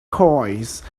coins